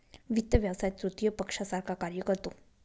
वित्त व्यवसाय तृतीय पक्षासारखा कार्य करतो